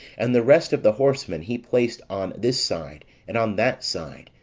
and the rest of the horsemen he placed on this side and on that side,